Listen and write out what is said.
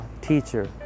teacher